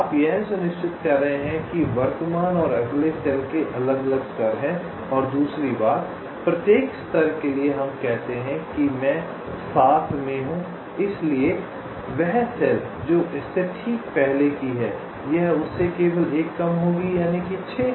आप यह सुनिश्चित कर रहे हैं कि वर्तमान और अगली सेल के अलग अलग स्तर हैं और दूसरी बात प्रत्येक स्तर के लिए हम कहते हैं कि मैं 7 में हूं इसलिए वह सेल जो इससे ठीक पहले की है यह उस से केवल एक कम होगी यानि कि 6